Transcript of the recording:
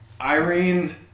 Irene